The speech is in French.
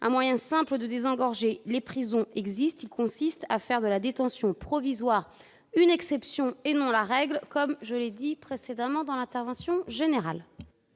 Un moyen simple de désengorger les prisons existe. Il consiste à faire de la détention provisoire une exception et non la règle, comme je l'ai déjà souligné lors de la discussion générale.